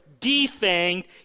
defanged